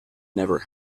never